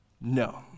No